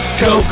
go